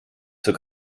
zur